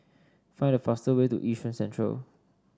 find the fast way to Yishun Central